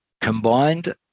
combined